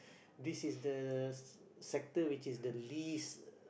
this is the s~ sector which is the least